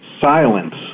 silence